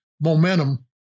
momentum